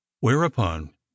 whereupon